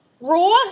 raw